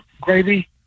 gravy